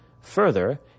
Further